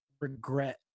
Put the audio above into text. regret